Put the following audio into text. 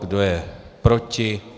Kdo je proti?